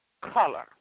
color